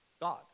God